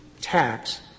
tax